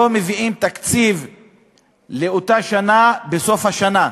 לא מביאים תקציב לאותה שנה בסוף השנה.